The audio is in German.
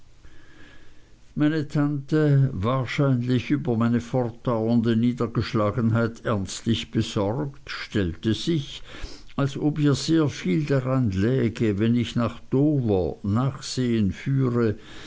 meine tante wahrscheinlich über meine fortdauernde niedergeschlagenheit ernstlich besorgt stellte sich als ob ihr sehr viel daran läge wenn ich nach dover nachsehen führe